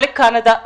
או לקנדה,